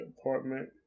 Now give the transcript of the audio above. apartment